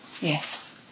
Yes